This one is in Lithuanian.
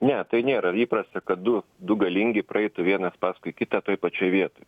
ne tai nėra įprasta kad du du galingi praeitų vienas paskui kitą toj pačioj vietoj